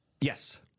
Yes